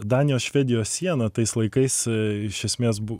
danijos švedijos siena tais laikais iš esmės buvo